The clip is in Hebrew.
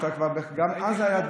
גם אז היה,